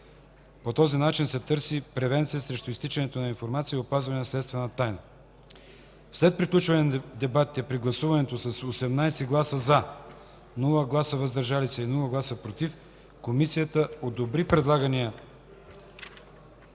По този начин се търси превенция срещу изтичане на информация и опазване на следствената тайна. След приключване на дебатите при гласуването с 18 гласа „за”, без „против” и „въздържали се” Комисията одобри предлагания